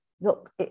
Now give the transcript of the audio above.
Look